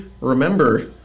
remember –